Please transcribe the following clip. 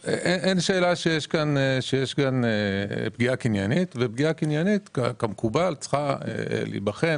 שיש כאן פגיעה קניינית ופגיעה קניינית כמקובל צריכה להיבחן